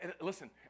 listen